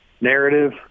narrative